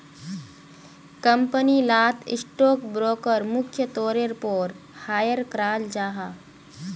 company लात stock broker मुख्य तौरेर पोर हायर कराल जाहा